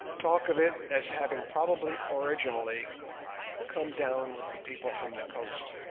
talk of it as having probably originally come down with the people from the coast,